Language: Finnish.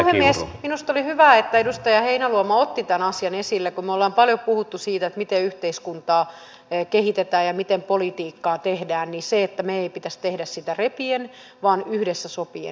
minusta oli hyvä että edustaja heinäluoma otti tämän asian esille kun me olemme paljon puhuneet siitä miten yhteiskuntaa kehitetään ja miten politiikkaa tehdään että meidän ei pitäisi tehdä sitä repien vaan yhdessä sopien